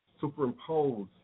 superimpose